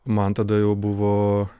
man tada jau buvo